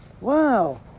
wow